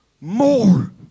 More